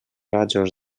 rajos